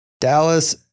Dallas